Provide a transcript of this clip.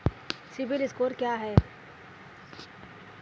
CIBIL score क्या है?